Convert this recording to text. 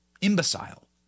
imbecile